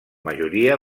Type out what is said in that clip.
majoria